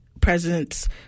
presidents